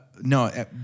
No